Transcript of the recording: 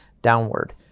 downward